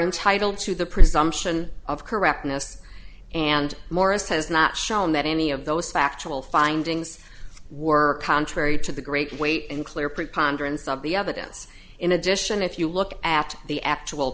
entitled to the presumption of correctness and morris has not shown that any of those factual findings were contrary to the great weight and clear preponderance of the evidence in addition if you look at the actual